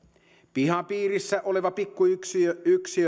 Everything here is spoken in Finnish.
pihapiirissä oleva pikkuyksiö